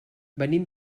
venim